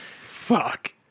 fuck